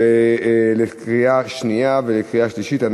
בקריאה שנייה וקריאה שלישית.